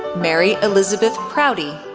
mary elizabeth prouty,